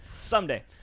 Someday